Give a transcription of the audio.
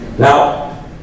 Now